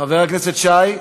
חבר הכנסת שי,